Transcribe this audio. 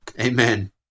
Amen